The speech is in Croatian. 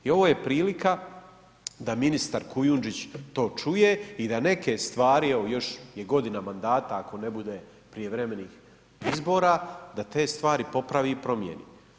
I ovo je prilika da ministar Kujundžić to čuje i da neke stvari, evo još je godina mandata ako ne bude prijevremenih izbora da te stvari popravi i promijeni.